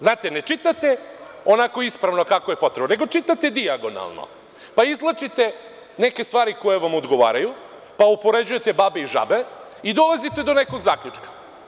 Znate, ne čitate onako ispravno kako je potrebno, nego čitate dijagonalno, pa izvlačite neke stvari koje vam odgovaraju, pa upoređujete babe i žabe i dolazite do nekog zaključka.